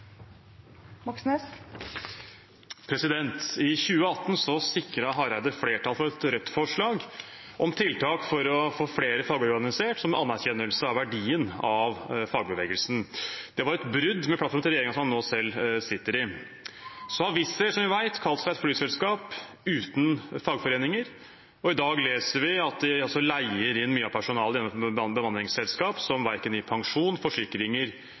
I 2018 sikret Hareide flertall for et Rødt-forslag om tiltak for å få flere fagorganisert, som anerkjennelse av verdien av fagbevegelsen. Det var et brudd med plattformen til regjeringen han nå selv sitter i. Så har Wizz Air, som vi vet, kalt seg et flyselskap uten fagforeninger. I dag leser vi at de leier inn mye av personalet gjennom bemanningsselskap, som verken gir pensjon, forsikringer